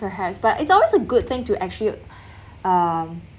perhaps but it's always a good thing to actually uh